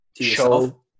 show